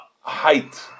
height